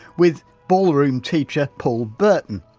with ballroom teacher paul burton.